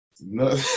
No